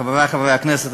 חברי חברי הכנסת,